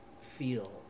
feel